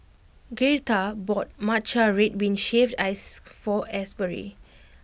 Gertha bought Matcha Red Bean Shaved Ice for Asbury